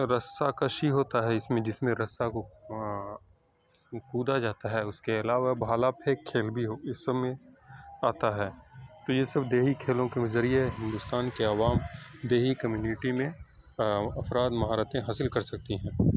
رسہ کشی ہوتا ہے اس میں جس میں رسہ کو کودا جاتا ہے اس کے علاوہ بھالا پھینک کھیل بھی ہو اس سب میں آتا ہے تو یہ سب دیہی کھیلوں کے ذریعے ہندوستان کی عوام دیہی کمیونٹی میں افراد مہارتیں حاصل کر سکتی ہیں